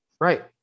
Right